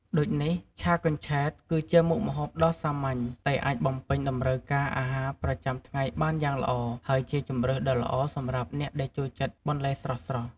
ដូចនេះ ឆាកញ្ឆែត គឺជាមុខម្ហូបដ៏សាមញ្ញ តែអាចបំពេញតម្រូវការអាហារប្រចាំថ្ងៃបានយ៉ាងល្អ ហើយជាជម្រើសដ៏ល្អសម្រាប់អ្នកដែលចូលចិត្តបន្លែស្រស់ៗ។